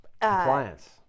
Compliance